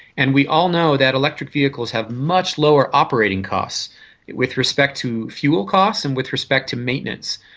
and we all know that electric vehicles have much lower operating costs with respect to fuel costs and with respect to maintenance.